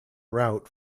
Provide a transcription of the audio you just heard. route